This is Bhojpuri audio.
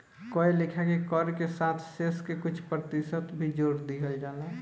कए लेखा के कर के साथ शेष के कुछ प्रतिशत भी जोर दिहल जाला